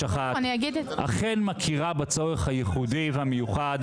אני חושב שאנחנו נתקדם בצעדי ענק יותר.